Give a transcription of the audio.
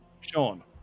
sean